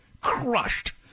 crushed